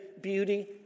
beauty